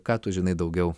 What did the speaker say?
ką tu žinai daugiau